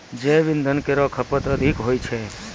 जैव इंधन केरो खपत अधिक होय छै